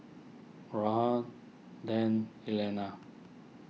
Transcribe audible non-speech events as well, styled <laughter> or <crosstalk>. <unintelligible> Dane Elaina